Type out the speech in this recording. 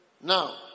Now